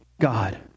God